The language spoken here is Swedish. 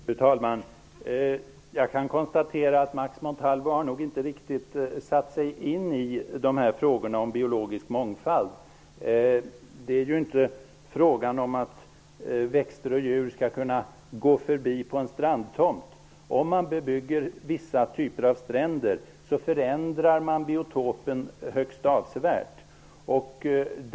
Fru talman! Jag kan konstatera att Max Montalvo nog inte riktigt har satt sig in i frågorna om biologisk mångfald. Det är inte frågan om att växter och djur skall kunna gå förbi på en strandtomt. Om man bebygger vissa typer av stränder förändrar man biotopen högst avsevärt.